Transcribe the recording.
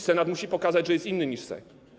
Senat musi pokazać, że jest inny niż Sejm.